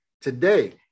today